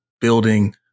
building